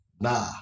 Nah